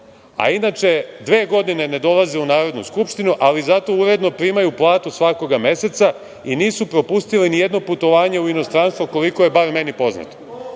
a inače dve godine ne dolaze u Narodnu skupštinu, ali zato uredno primaju platu svakoga meseca i nisu propustili nijedno putovanje u inostranstvo', koliko je barem meni poznato. Dakle,